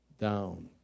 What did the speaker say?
down